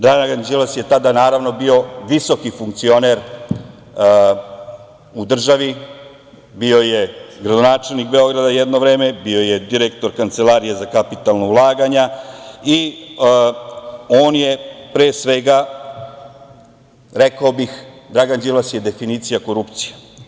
Dragan Đilas je tada, naravno, bio visoki funkcioner u državi, bio je gradonačelnik Beograda jedno vreme, bio je direktor Kancelarije za kapitalna ulaganja i on je, pre svega, rekao bih, Dragan Đilas je definicija korupcije.